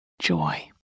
joy